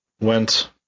went